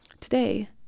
Today